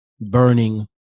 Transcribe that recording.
burning